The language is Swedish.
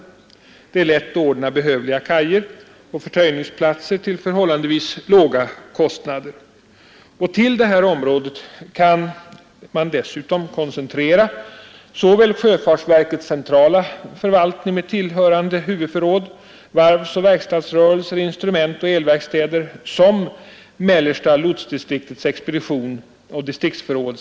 Det är lätt att ordna behövliga kajer och förtöjningsplatser till förhållandevis låga kostnader. Till detta område kan man dessutom koncentrera såväl sjöfartsverkets centrala förvaltning med tillhörande huvudförråd, varvsoch verkstadsrörelser, instrumentoch elverkstäder, som mellersta lotsdistriktets expedition och distriktsförråd.